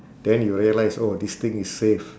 then you will realise oh this thing is safe